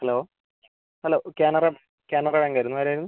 hello hello Canara Canara ബാങ്കായിരുന്നു ആരായിരുന്നു